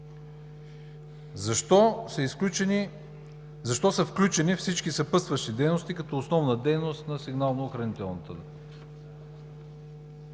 Защо са включени всички съпътстващи дейности като основна дейност на сигнално-охранителната?